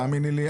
תאמיני לי,